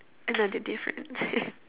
another difference